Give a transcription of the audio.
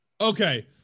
Okay